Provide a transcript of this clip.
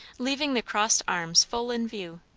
leaving the crossed arms full in view.